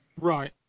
right